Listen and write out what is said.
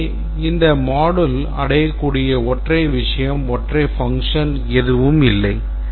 எனவே இந்த module அடையக்கூடிய ஒற்றை விஷயம் ஒற்றை function எதுவும் இல்லை